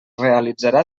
realitzarà